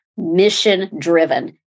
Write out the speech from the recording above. mission-driven